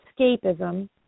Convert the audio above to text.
escapism